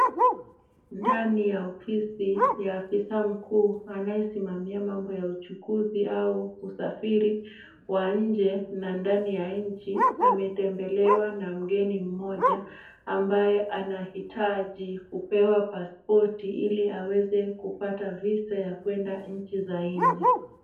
Ndani ya ofisi ya afisa mkuu anayesimamia mambo ya uchukuzi au usafiri wa nje na ndani ya nchi, ametembelewa na mgeni mmoja ambaye anahitaji kupewa pasipoti, ili aweze kupata visa ya kwenda nchi za nje.